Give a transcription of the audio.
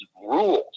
rules